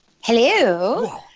Hello